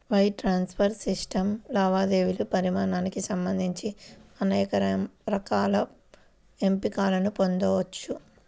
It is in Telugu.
వైర్ ట్రాన్స్ఫర్ సిస్టమ్ లావాదేవీల పరిమాణానికి సంబంధించి అనేక రకాల ఎంపికలను పొందొచ్చు